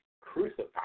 crucified